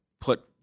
put